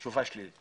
תשובה שלילית.